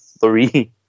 three